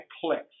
clicks